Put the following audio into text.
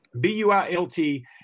B-U-I-L-T